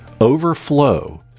overflow